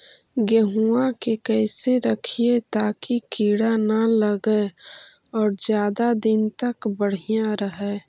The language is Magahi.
गेहुआ के कैसे रखिये ताकी कीड़ा न लगै और ज्यादा दिन तक बढ़िया रहै?